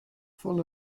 full